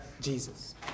Jesus